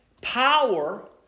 power